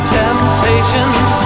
temptations